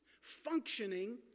functioning